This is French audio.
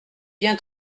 bien